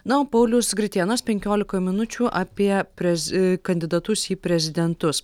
na o paulius gritėnas penkiolikoj minučių apie prezi kandidatus į prezidentus